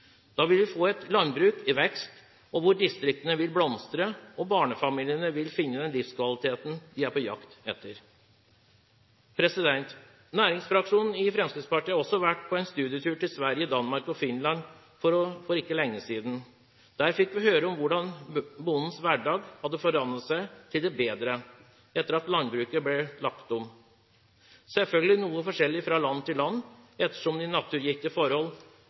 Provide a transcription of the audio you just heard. Da vil vi få et landbruk i vekst, hvor distriktene vil blomstre og barnefamiliene vil finne den livskvaliteten de er på jakt etter. Næringsfraksjonen i Fremskrittspartiet har også vært på en studietur til Sverige, Danmark og Finland for ikke lenge siden. Der fikk vi høre om hvordan bondens hverdag hadde forandret seg til det bedre etter at landbruket ble lagt om – selvfølgelig noe forskjellig fra land til land